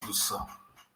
gusa